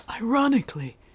Ironically